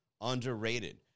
underrated